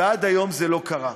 ועד היום זה לא קרה.